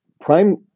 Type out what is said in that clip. Prime